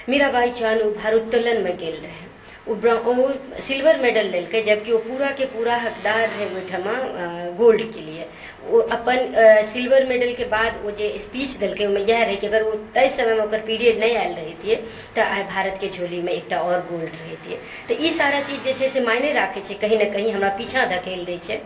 मीराबाई चानू भारोत्तोलन मे गेल रहै ओ सिल्वर मैडल लेलकै जबकि ओ पूराके पूरा हकदार रहै ओहिठमा गोल्ड के लिए ओ अपन सिल्वर मैडल के बाद ओ जे स्पीच देलकै ओहि मे इएह रहै अगर ओ ताहि समय मे ओकर पिरीयड नहि आयल रहितियै तऽ आइ भारतके झोलीमे एकटा आओर गोल्ड रहितियै तऽ ई सारा चीज जे छै से मायने राखै छै कहीं ने कहीं हमरा पीछाँ धकेल दै छै